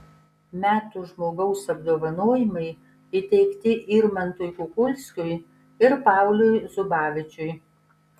metų žmogaus apdovanojimai įteikti irmantui kukulskiui ir pauliui zubavičiui